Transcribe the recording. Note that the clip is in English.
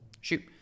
Shoot